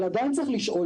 אבל עדיין צריך לשאול,